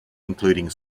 including